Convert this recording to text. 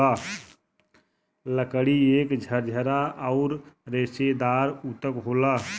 लकड़ी एक झरझरा आउर रेसेदार ऊतक होला